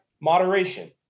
Moderation